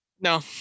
No